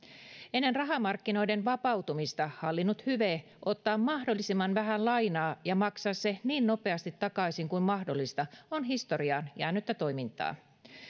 ennen rahamarkkinoiden vapautumista hallinnut hyve ottaa mahdollisimman vähän lainaa ja maksaa se takaisin niin nopeasti kuin mahdollista on historiaan jäänyttä toimintaa